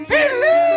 Hello